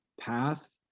path